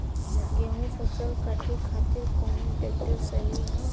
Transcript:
गेहूँक फसल कांटे खातिर कौन ट्रैक्टर सही ह?